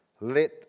Let